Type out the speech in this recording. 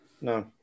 no